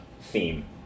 theme